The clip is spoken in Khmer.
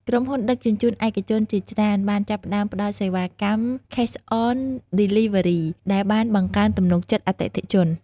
ក្រុមហ៊ុនដឹកជញ្ជូនឯកជនជាច្រើនបានចាប់ផ្តើមផ្តល់សេវាកម្ម ឃេស អន ឌី លី វើ រី Cash-on-Delivery ដែលបានបង្កើនទំនុកចិត្តអតិថិជន។